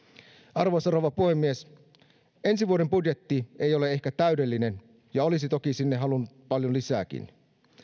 arvoisa rouva puhemies ensi vuoden budjetti ei ole ehkä täydellinen ja olisi toki sinne halunnut paljon lisääkin